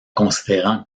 considérant